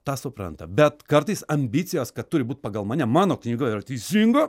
tą supranta bet kartais ambicijos kad turi būt pagal mane mano knyga yra teisinga